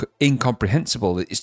incomprehensible